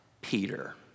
Peter